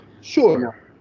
Sure